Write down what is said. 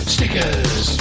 Stickers